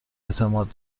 اعتماد